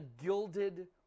gilded